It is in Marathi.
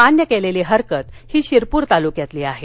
मान्य केलेली हरकत ही शिरपूर तालुक्यातील आहे